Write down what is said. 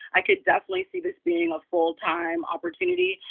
i could definitely see this being a full-time opportunity.